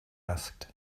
asked